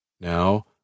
Now